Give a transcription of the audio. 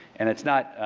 and it's not